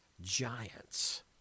giants